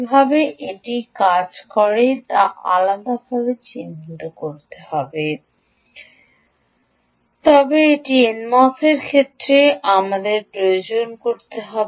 কীভাবে এটি কাজ করে তা আলাদাভাবে চিন্তিত হবে তবে এটি এনএমওসের ক্ষেত্রে আমাদের প্রয়োজন হবে